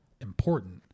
important